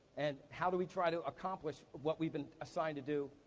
and how do we try to accomplish what we've been assigned to do?